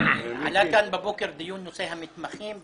בבוקר עלה כאן נושא המתמחים,